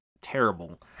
terrible